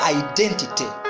identity